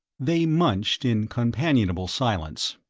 they munched in companionable silence.